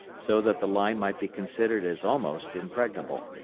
so that the line might be considered as almost impregnable.